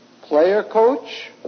player-coach